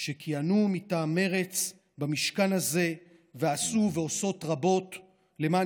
שכיהנו מטעם מרצ במשכן הזה ועשו ועושות רבות למען